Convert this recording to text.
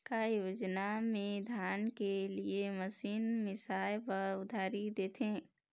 का योजना मे धान के लिए मशीन बिसाए बर उधारी देथे?